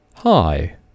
Hi